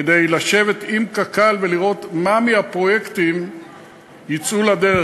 כדי לשבת עם קק"ל ולראות איזה מהפרויקטים יצאו לדרך,